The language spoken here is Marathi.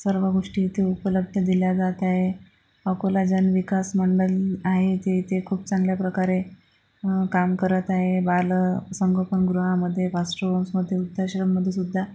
सर्व गोष्टी इथे उपलब्ध दिल्या जात आहे अकोला जन विकास मंडळ आहे ते इथे खूप चांगल्या प्रकारे काम करत आहे बाल संगोपन गृहामध्ये फास्टर होम्समध्ये वृद्धाश्रममध्ये सुद्धा